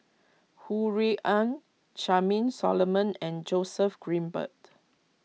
Ho Rui An Charmaine Solomon and Joseph Grimberg